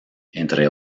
entre